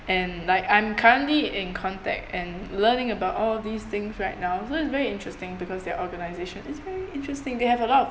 and like I'm currently in contact and learning about all these things right now so it's very interesting because their organization is very interesting they have a lot of